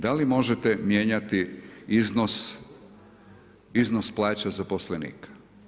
Da li možete mijenjati iznos plaća zaposlenika?